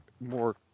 more